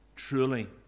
truly